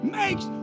makes